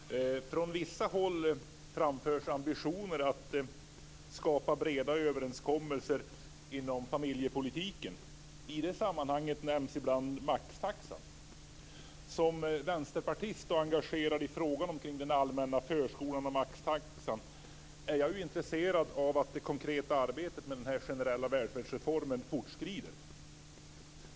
Fru talman! Från vissa håll framförs ambitioner att skapa breda överenskommelser inom familjepolitiken. I det sammanhanget nämns ibland maxtaxan. Som vänsterpartist och engagerad i frågan om den allmänna förskolan och maxtaxan är jag intresserad av att det konkreta arbetet med denna generella välfärdsreform fortskrider.